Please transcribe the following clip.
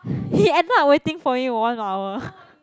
he end up waiting for me for one hour